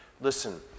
Listen